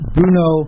Bruno